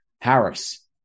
Harris